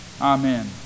Amen